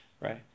right